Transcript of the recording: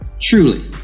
Truly